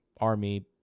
army